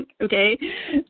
okay